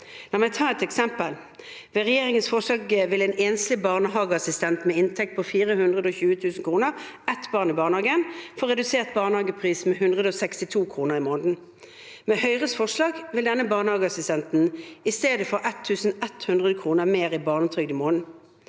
La meg ta et eksempel: Med regjeringens forslag vil en enslig barnehageassistent med en inntekt på 420 000 kr og ett barn i barnehage få redusert barnehagepris med 162 kr i måneden. Med Høyres forslag vil denne barnehageassistenten i stedet få 1 100 kr mer i barnetrygd i måneden.